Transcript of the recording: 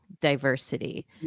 diversity